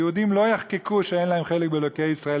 היהודים לא יחקקו שאין להם חלק באלוהי ישראל,